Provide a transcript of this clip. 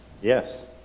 Yes